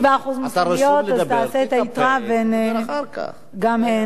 אם 77% מוסלמיות, אז תחשב את היתרה, וגם הן.